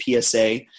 PSA